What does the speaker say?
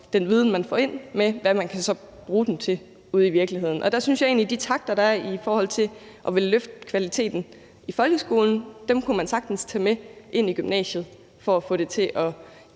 den viden, man får ind, med det, man så kan bruge den til ude i virkeligheden. Jeg synes egentlig, at de takter, der er i forhold til at ville løfte kvaliteten i folkeskolen, er noget, man sagtens kan tage med ind i gymnasiet, sådan at